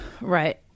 Right